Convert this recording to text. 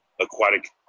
aquatic